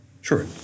Sure